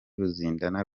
ruzindana